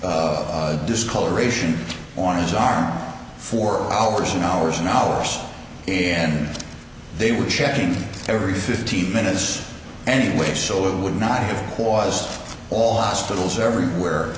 discoloration on his arm for hours and hours and hours and they were checking every fifteen minutes anyway so it would not cause all hospitals everywhere